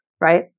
right